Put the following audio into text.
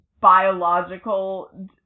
biological